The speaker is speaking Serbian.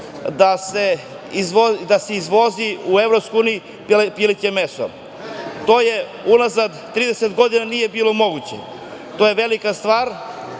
da se izvozi u EU pileće meso. To unazad 30 godina nije bilo moguće. To je velika stvar